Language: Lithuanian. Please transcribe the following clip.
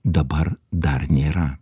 dabar dar nėra